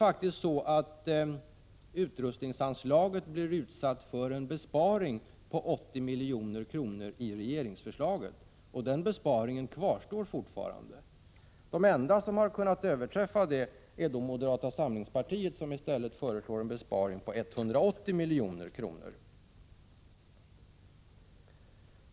Utrustningsanslaget blir nämligen utsatt för en besparing i regeringsförslaget på 80 milj.kr., och den besparingen kvarstår fortfarande. Detta överträffas endast av moderata samlingspartiet som i stället föreslår en besparing på 180 milj.kr.